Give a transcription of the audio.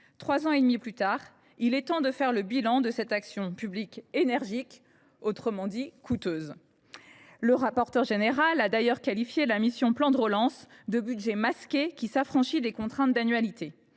trois ans et demi plus tard, il est temps de faire le bilan de cette « action publique énergique », autrement dit coûteuse. D’ailleurs, M. le rapporteur spécial a qualifié la mission « Plan de relance » de « “budget masqué”, qui s’affranchit des contraintes d’annualité